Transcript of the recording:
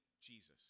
Jesus